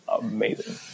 amazing